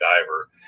diver